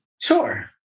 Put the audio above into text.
Sure